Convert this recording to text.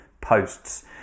posts